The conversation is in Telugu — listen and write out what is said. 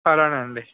అలానే అండి